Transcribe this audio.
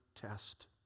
test